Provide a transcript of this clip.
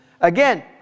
Again